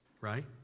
right